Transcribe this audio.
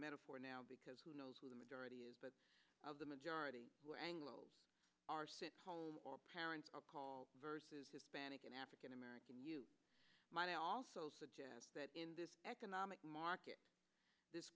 metaphor now because who knows where the majority of the majority were anglos are sent home or parents are called versus hispanic and african american you might also suggest that in this economic market this